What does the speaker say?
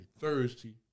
Thursday